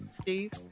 Steve